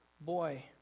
boy